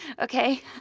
Okay